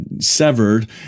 severed